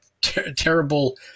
terrible